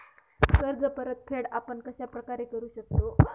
कर्ज परतफेड आपण कश्या प्रकारे करु शकतो?